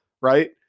right